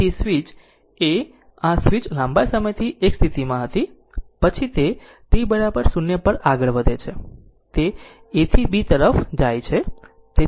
તેથી switch A આ switch લાંબા સમયથી એક સ્થિતિમાં હતી તે પછી તે t 0 પર આગળ વધે છે તે A થી B તરફ જાય છે